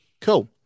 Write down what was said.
cool